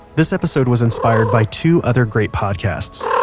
this episode was inspired by two other great podcasts.